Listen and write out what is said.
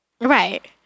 Right